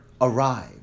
arrive